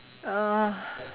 uh